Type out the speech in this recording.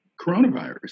coronavirus